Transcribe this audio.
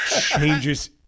changes